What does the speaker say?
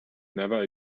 never